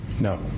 No